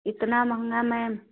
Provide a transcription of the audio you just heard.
इतना महँगा मैम